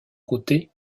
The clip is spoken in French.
côté